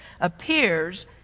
appears